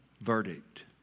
verdict